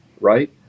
right